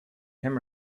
him